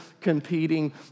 competing